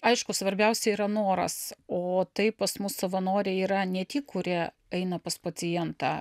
aišku svarbiausia yra noras o tai pas mus savanoriai yra ne tik kurie eina pas pacientą